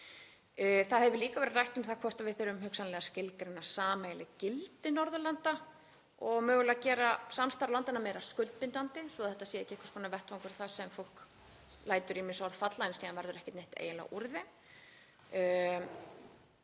Það hefur líka verið rætt um það hvort við þurfum hugsanlega að skilgreina sameiginleg gildi Norðurlanda og mögulega gera samstarf landanna meira skuldbindandi svo að þetta sé ekki einhvers konar vettvangur þar sem fólk lætur ýmis orð falla en síðan verður eiginlega ekkert úr þeim.